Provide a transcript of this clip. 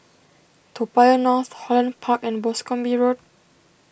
Toa Payoh North Holland Park and Boscombe Road